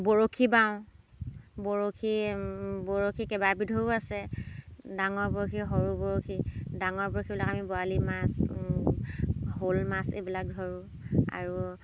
বৰশী বাওঁ বৰশী বৰশী কেইবাবিধৰো আছে ডাঙৰ বৰশী সৰু বৰশী ডাঙৰ বৰশীবিলাক আমি বৰালি মাছ শ'ল মাছ এইবিলাক ধৰোঁ আৰু